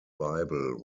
bible